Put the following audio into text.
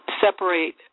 separate